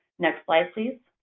next slide, please.